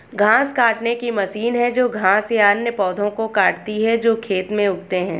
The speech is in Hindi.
घास काटने की मशीन है जो घास या अन्य पौधों को काटती है जो खेत में उगते हैं